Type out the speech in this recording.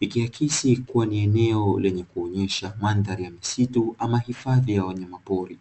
ikiakisi kuwa ni eneo lenye kuonyesha mandhari ya misitu ama hifadhi ya wanyamapori.